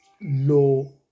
low